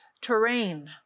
terrain